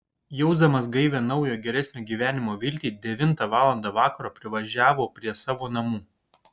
jausdamas gaivią naujo geresnio gyvenimo viltį devintą valandą vakaro privažiavo prie savo namų